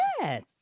Yes